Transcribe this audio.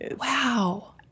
Wow